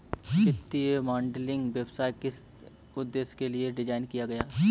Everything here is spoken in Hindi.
वित्तीय मॉडलिंग व्यवसाय किस उद्देश्य के लिए डिज़ाइन किया गया है?